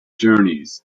journeys